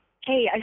Hey